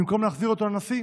במקום להחזיר אותו לנשיא,